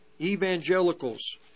evangelicals